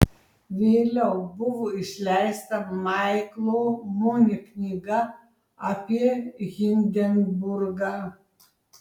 vėliau buvo išleista maiklo muni knyga apie hindenburgą